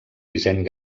disseny